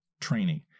training